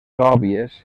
òbvies